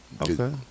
Okay